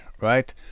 right